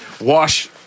wash